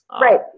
Right